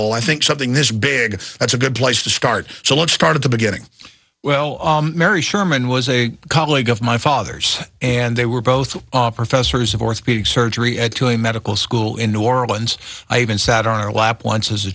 hole i think something this big that's a good place to start so let's start at the beginning well mary sherman was a colleague of my father's and they were both professors of orthopedic surgery at tulane medical school in new orleans i even sat on her lap